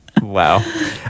Wow